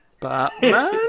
Batman